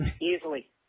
easily